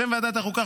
בשם ועדת החוקה,